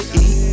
eat